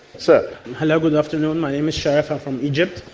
so hello, good afternoon, my name is sharif, i'm from egypt.